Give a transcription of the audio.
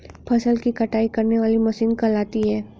फसल की कटाई करने वाली मशीन कहलाती है?